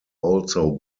also